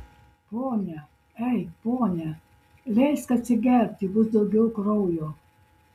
pone ei pone leisk atsigerti bus daugiau kraujo